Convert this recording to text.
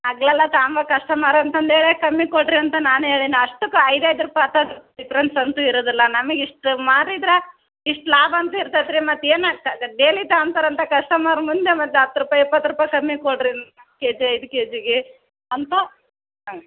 ಹಗ್ಲೆಲ ತಗಂಬ ಕಸ್ಟಮರ್ ಅಂತಂದು ಹೇಳೇ ಕಮ್ಮಿ ಕೊಡಿರಿ ಅಂತ ನಾನು ಹೇಳಿನ ಅಷ್ಟಕ್ಕೆ ಐದು ಐದು ರೂಪಾಯಿ ಹತ್ತು ಹತ್ತು ಡಿಫ್ರೆನ್ಸ್ ಅಂತೂ ಇರೋದಿಲ್ಲ ನಮಗೆ ಇಷ್ಟು ಮಾರಿದ್ರೆ ಇಷ್ಟು ಲಾಭ ಅಂತೂ ಇರ್ತದ್ ರೀ ಮತ್ತು ಏನಕ್ಕೆ ಡೇಲಿ ತಗೊಂತಾರ್ ಅಂತ ಕಸ್ಟಮರ್ ಮುಂದೆ ಮತ್ತು ಹತ್ತು ರೂಪಾಯಿ ಇಪ್ಪತ್ತು ರೂಪಾಯಿ ಕಮ್ಮಿ ಕೊಡಿರಿ ನಾಲ್ಕು ಕೆ ಜಿ ಐದು ಕೆ ಜಿಗೆ ಅಂತ ಹಾಂ